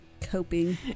Coping